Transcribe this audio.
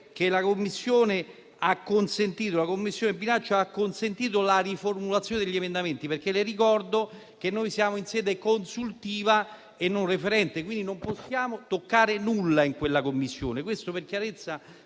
5a Commissione ha consentito la riformulazione degli emendamenti, perché le ricordo che noi siamo in sede consultiva e non referente. Quindi, non possiamo toccare nulla in quella Commissione.